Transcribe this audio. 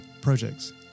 projects